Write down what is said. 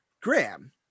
Graham